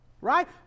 Right